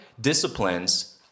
disciplines